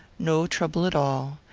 no trouble at all,